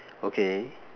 okay